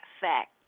fact